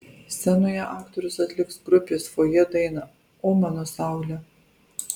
scenoje aktorius atliks grupės fojė dainą o mano saule